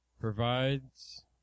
provides